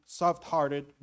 soft-hearted